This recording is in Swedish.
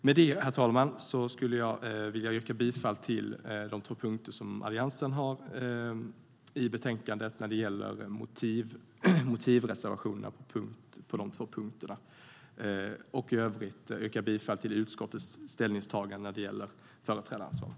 Med det, herr ålderspresident, yrkar jag bifall till Alliansens två motivreservationer i betänkandet och till utskottets förslag i övrigt när det gäller företrädaransvaret.